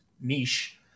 niche